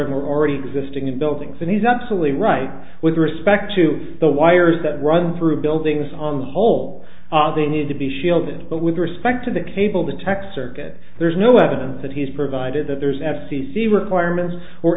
in already existing buildings and he's absolutely right with respect to the wires that run through buildings on the whole they need to be shielded but with respect to the cable the tech circuit there's no evidence that he's provided that there's f c c requirements or